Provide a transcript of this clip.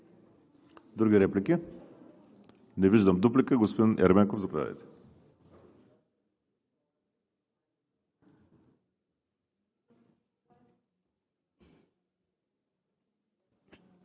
Други реплики? Не виждам. Дуплика – господин Ерменков, заповядайте.